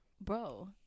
bro